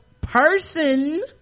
Person